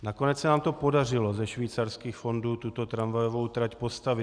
Nakonec se nám podařilo ze švýcarských fondů tuto tramvajovou trať postavit.